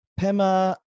Pema